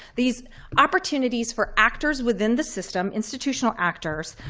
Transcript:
these opportunities for actors within the system, institutional actors,